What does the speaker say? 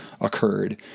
occurred